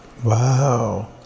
Wow